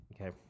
Okay